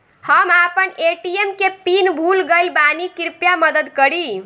हम आपन ए.टी.एम के पीन भूल गइल बानी कृपया मदद करी